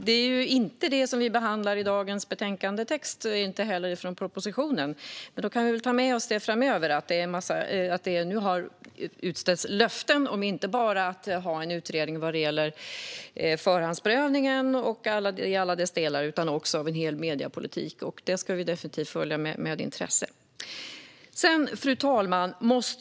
Det är inte detta vi behandlar i dagens betänkande och inte heller i propositionen. Men vi kan framöver ta med oss att det har utställts löften, inte bara om en utredning gällande förhandsprövningen i alla dess delar utan också om en hel mediepolitik. Detta ska vi definitivt följa med intresse. Fru talman!